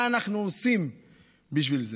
מה אנחנו עושים בשביל זה?